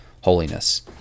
holiness